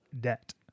debt